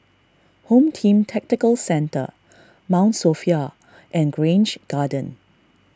Home Team Tactical Centre Mount Sophia and Grange Garden